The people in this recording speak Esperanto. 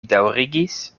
daŭrigis